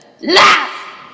laugh